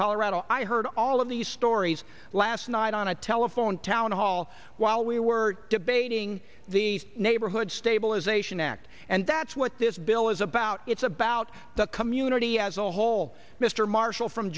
colorado i heard all of these stories last night on a telephone town hall while we were debating the neighborhood stabilization act and that's what this bill is about it's about the community as a whole mr marshall from